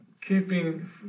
keeping